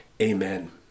Amen